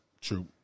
True